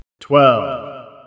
Twelve